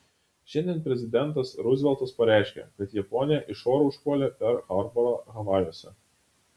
šiandien prezidentas ruzveltas pareiškė kad japonija iš oro užpuolė perl harborą havajuose